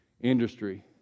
industry